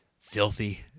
filthy